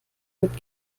mit